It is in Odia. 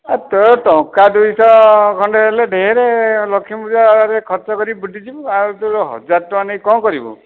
ଏ ତୋର ଟଙ୍କା ଦୁଇଶହ ଖଣ୍ଡେ ହେଲେ ଢେରେ ଲକ୍ଷ୍ମୀ ପୂଜାରେ ଖର୍ଚ୍ଚ କରିକି ବୁଲି ଯିବୁ ଆଉ ତୋର ହଜାର ଟଙ୍କା ନେଇକି କ'ଣ କରିବୁ